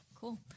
Cool